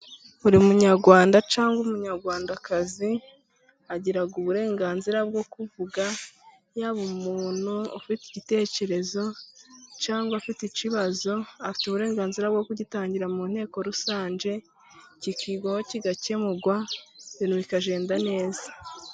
Buri munyarwanda cyangwa umunyarwandakazi agira uburenganzira bwo kuvuga, yaba umuntu ufite igitekerezo cyangwa ufite ikibazo afite uburenganzira bwo kugitangira mu nteko rusange; kikigwaho kigakemurwa ibintu bikagenda neza.